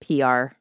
PR